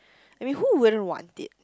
I mean who wouldn't want it